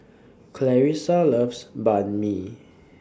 Clarisa loves Banh MI